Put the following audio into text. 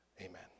Amen